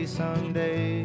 someday